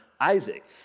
Isaac